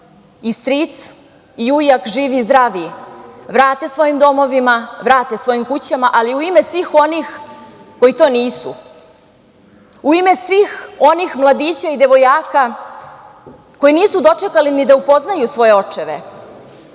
i stric i ujak živi i zdravi vrate svojim domovima, vrate svojim kućama, ali u ime svih onih koji to nisu, u ime svih onih mladića i devojaka koji nisu dočekali ni da upoznaju svoje očeve,